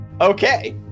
Okay